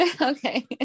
Okay